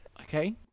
okay